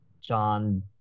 John